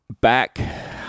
back